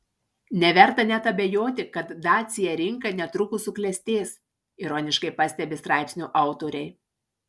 neverta net abejoti kad dacia rinka netrukus suklestės ironiškai pastebi straipsnio autoriai